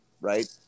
right